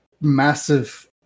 massive